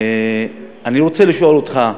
אני רוצה לשאול אותך: